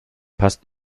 passt